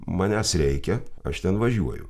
manęs reikia aš ten važiuoju